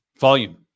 Volume